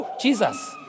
Jesus